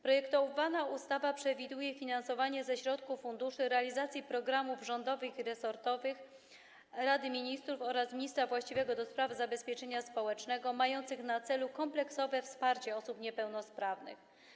Projektowana ustawa przewiduje finansowanie ze środków funduszy realizację programów rządowych i resortowych Rady Ministrów oraz ministra właściwego do spraw zabezpieczenia społecznego, mających na celu kompleksowe wsparcie osób niepełnosprawnych.